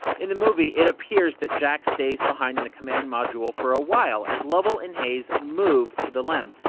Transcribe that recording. in the movie, it appears that jack stays behind in the command module for a while as lovell and haise move to the lem.